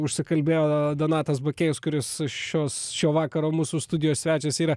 užsikalbėjo donatas bakėjus kuris šios šio vakaro mūsų studijos svečias yra